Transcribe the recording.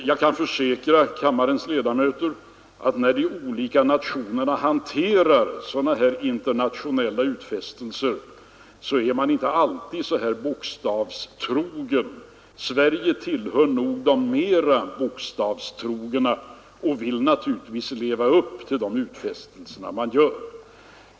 Jag kan försäkra kammarens ledamöter att de olika nationerna, när de hanterar sådana här internationella utfästelser, inte alltid är så bokstavstrogna. Sverige tillhör nog de mer bokstavstrogna och vill naturligtvis leva upp till de utfästelser som man gör.